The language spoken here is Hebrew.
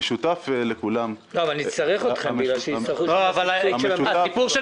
המשותף לכולם --- אבל נצטרך אתכם בגלל שיצטרכו שם --- הסיפור של